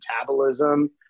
metabolism